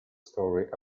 story